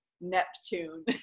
Neptune